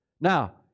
Now